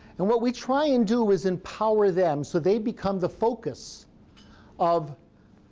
and what we try and do is empower them so they become the focus of